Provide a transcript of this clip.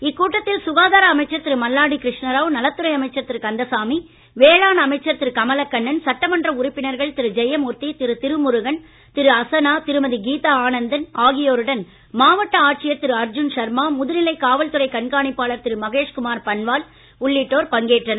இக்கூட்டத்தில் சுகாதார அமைச்சர் திரு மல்லாடி கிருஷ்ண ராவ்நலத்துறை அமைச்சர் திரு கந்தமசாமி வேளாண் அமைச்சர் திரு கமலக்கண்ணன் சட்டமன்ற உறுப்பினர்கள் திரு ஜெயமூர்த்தி திரு திருமுருகன் திரு அசனா திருமதி கீதா ஆனந்தன் ஆகியோருடன் மாவட்ட ஆட்சியர் திரு அர்ஜுன் சர்மா முதுநிலை காவல்துறை கண்காணிப்பாளர் திரு மகேஷ்குமார் பன்வால் உள்ளிட்டோர் பங்கேற்றனர்